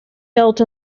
felt